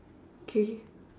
okay